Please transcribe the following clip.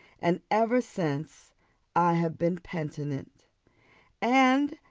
and ever since i have been penitent and,